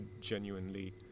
genuinely